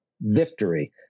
victory